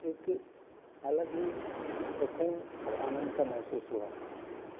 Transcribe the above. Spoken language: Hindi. एक अलग ही सुकून और आनंद का महसूस हुआ